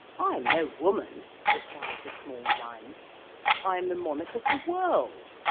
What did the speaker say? i am no woman, replied the small line i am the monarch of the world.